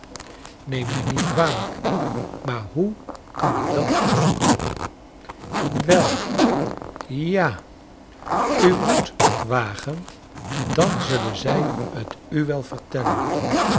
neem mij niet kwalijk maar hoe kan ik dat opzoeken vwel ja u moet het wagen dan zullen zij t u wel ververtellen